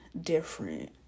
different